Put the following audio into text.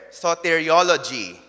soteriology